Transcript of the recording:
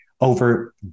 over